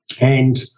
And-